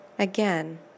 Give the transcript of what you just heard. Again